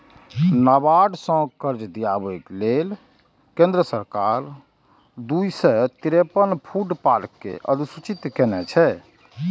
नाबार्ड सं कर्ज दियाबै लेल केंद्र सरकार दू सय तिरेपन फूड पार्क कें अधुसूचित केने छै